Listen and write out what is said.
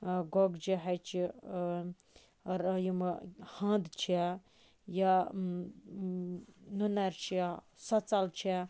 گۄگجہِ ہَچہِ یِم ہَنٛد چھےٚ یا نُنَر چھےٚ سۄژَل چھےٚ